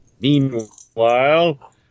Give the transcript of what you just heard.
Meanwhile